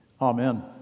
Amen